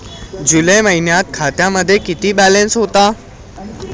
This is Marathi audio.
जुलै महिन्यात खात्यामध्ये किती बॅलन्स होता?